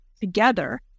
together